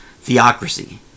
theocracy